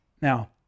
Now